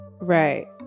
Right